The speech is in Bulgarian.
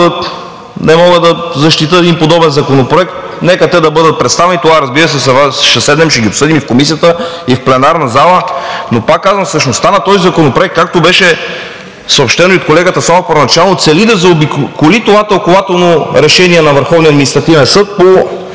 не мога да защитя подобен законопроект. Нека те да бъдат представени – тогава, разбира се, ще седнем да ги обсъдим и в Комисията, и в пленарната зала. Но пак казвам, същността на този законопроект, както беше съобщено и от колегата Славов, първоначално цели да заобиколи това Тълкувателно решение № 12 на